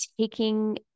taking